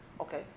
Okay